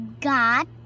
God